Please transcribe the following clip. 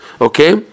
Okay